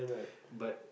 but